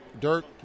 Dirk